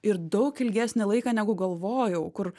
ir daug ilgesnį laiką negu galvojau kur